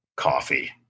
coffee